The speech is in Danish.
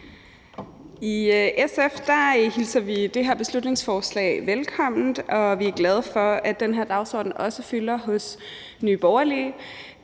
I SF hilser vi det her beslutningsforslag velkommen. Vi er glade for, at den her dagsorden også fylder hos Nye Borgerlige.